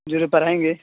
جو لوگ پڑھائیں گے